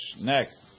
next